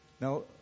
Now